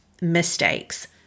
mistakes